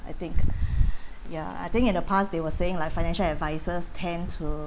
I think ya I think in the past they were saying like financial advisers tend to